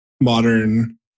modern